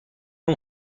اون